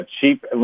cheap